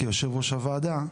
כיושב ראש הוועדה,